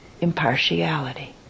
impartiality